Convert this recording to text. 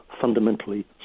fundamentally